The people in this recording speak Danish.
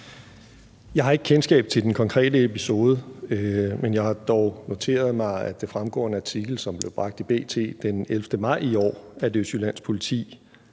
Jeg har ikke kendskab til den konkrete episode, men jeg har dog noteret mig, at det fremgår af en artikel, som blev bragt i B.T. den 11. maj i år, at Østjyllands Politi